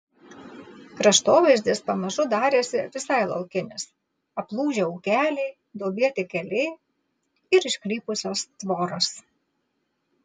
kraštovaizdis pamažu darėsi visai laukinis aplūžę ūkeliai duobėti keliai ir išklypusios tvoros